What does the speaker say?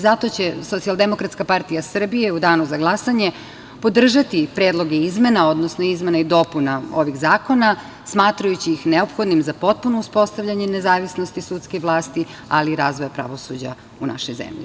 Zato će Socijaldemokratska partija Srbije u danu za glasanje podržati predloge izmena, odnosno izmena i dopuna ovih zakona, smatrajući ih neophodnim za potpuno uspostavljanje nezavisnosti sudske vlasti, ali i razvoja pravosuđa u našoj zemlji.